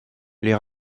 les